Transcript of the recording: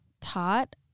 taught